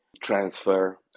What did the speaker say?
transfer